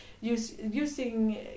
using